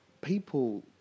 people